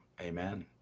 Amen